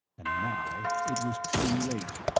and now it was too late.